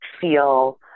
feel